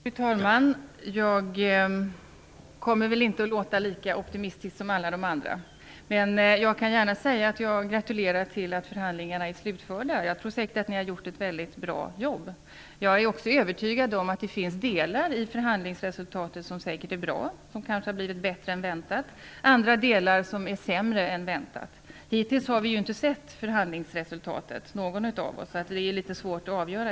Fru talman! Jag kommer inte att låta lika optimistisk som de andra. Men jag kan gratulera till att förhandlingarna är slutförda. Jag tror säkert att ni har gjort ett bra jobb. Jag är också övertygad om att det finns delar av förhandlingsresultatet som är bra. Kanske har de blivit bättre än väntat. Andra delar kan ha blivit sämre än väntat. Hittills har inte någon av oss sett förhandlingsresultatet.